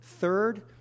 third